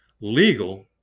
legal